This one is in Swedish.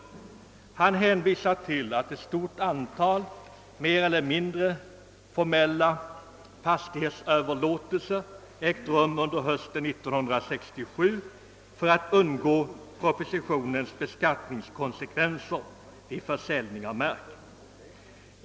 Han hänvisar till att ett stort antal mer eller mindre formella fastighetsöverlåtelser ägt rum under hösten 1967 för att man skulle undgå propositionens beskattningskonsekvenser vid försäljning av mark.